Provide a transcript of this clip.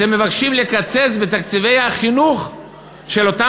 אתם מבקשים לקצץ בתקציבי החינוך של אותם